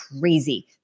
crazy